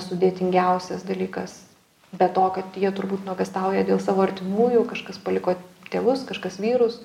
sudėtingiausias dalykas be to kad jie turbūt nuogąstauja dėl savo artimųjų kažkas paliko tėvus kažkas vyrus